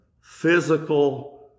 physical